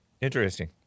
Interesting